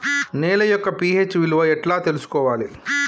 నేల యొక్క పి.హెచ్ విలువ ఎట్లా తెలుసుకోవాలి?